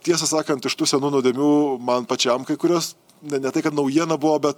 tiesą sakant iš tų senų nuodėmių man pačiam kai kurios na ne tai kad naujiena buvo bet